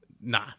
Nah